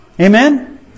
Amen